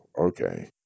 okay